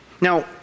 Now